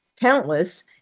countless